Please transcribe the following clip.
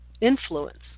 influence